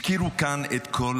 הזכירו כאן את כל